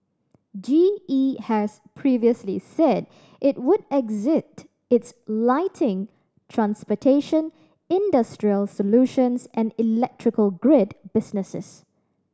G E has previously said it would exit its lighting transportation industrial solutions and electrical grid businesses